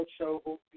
show